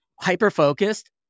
hyper-focused